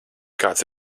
kāds